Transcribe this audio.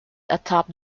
atop